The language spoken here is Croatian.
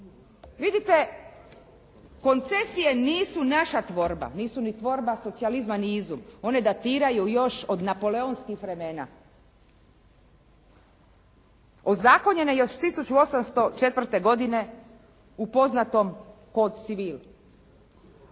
Vidite, koncesije nisu naša tvorba, nisu ni tvorba socijalizma ni izum, one datiraju još od napoleonskih vremena. Ozakonjen je još 1804. godine u poznatom "kod civil".